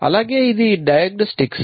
అలాగే ఇది డయాగ్నస్టిక్స్